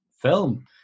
film